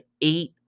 eight